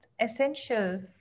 essential